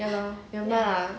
ya lor never mind lah